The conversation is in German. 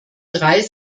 drei